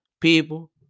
People